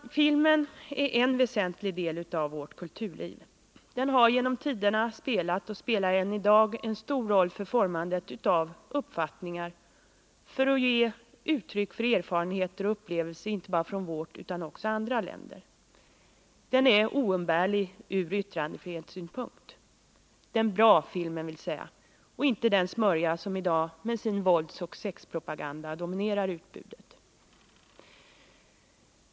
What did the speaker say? Filmen är en väsentlig del av vårt kulturliv. Den har genom tiderna spelat och spelar än i dag en stor roll för formandet av uppfattningar och för att ge uttryck för erfarenheter och upplevelser inte bara från vårt land utan också från andra länder. Den är oumbärlig från yttrandefrihetssynpunkt, dvs. den film som är bra, men inte den smörja som i dag med sin våldsoch sexpropaganda dominerar utbudet.